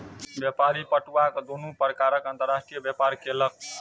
व्यापारी पटुआक दुनू प्रकारक अंतर्राष्ट्रीय व्यापार केलक